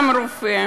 גם רופא,